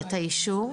את האישור.